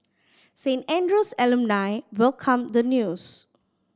Saint Andrew's alumni welcomed the news